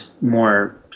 more